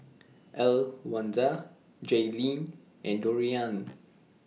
Elwanda Jayleen and Dorian